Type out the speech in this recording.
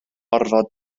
orfod